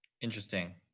interesting